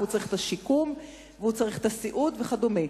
הוא צריך את השיקום והוא צריך את הסיעוד וכדומה,